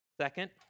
second